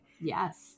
Yes